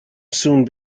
soon